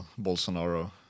Bolsonaro